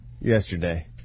yesterday